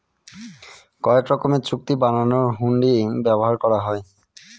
কয়েক রকমের চুক্তি বানানোর হুন্ডি ব্যবহার করা হয়